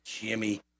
Jimmy